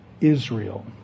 Israel